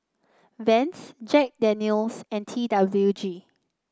Vans Jack Daniel's and T W G